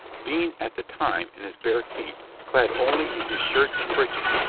being at the time in his bare feet, clad only in his shirt and breeches,